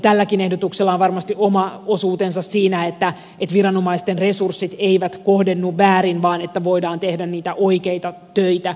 tälläkin ehdotuksella on varmasti oma osuutensa siinä että viranomaisten resurssit eivät kohdennu väärin vaan että voidaan tehdä niitä oikeita töitä